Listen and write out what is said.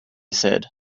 said